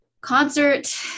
concert